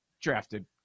drafted